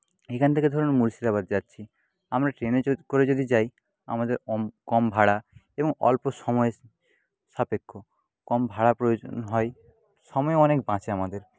এখান থেকে ধরুন মুর্শিদাবাদ যাচ্ছি আমরা ট্রেনে করে যদি যাই আমাদের কম ভাড়া এবং অল্প সময় সাপেক্ষ কম ভাড়া প্রয়োজন হয় সময় অনেক বাঁচে আমাদের